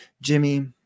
Jimmy